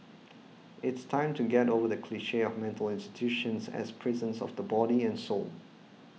it's time to get over the cliche of mental institutions as prisons of the body and soul